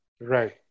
Right